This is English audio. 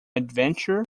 adventure